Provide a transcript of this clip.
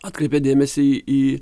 atkreipė dėmesį į